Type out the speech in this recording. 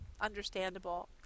understandable